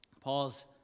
Paul's